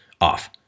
off